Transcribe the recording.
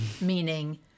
meaning